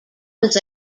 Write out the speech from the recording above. was